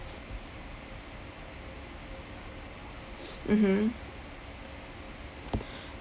mmhmm